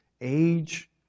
age